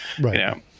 right